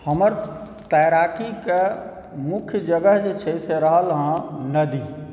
हमर तैराकीके मुख्य जगह जे छै से रहल हँ नदी